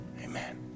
Amen